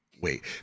Wait